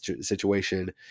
situation